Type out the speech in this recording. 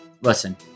Listen